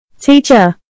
Teacher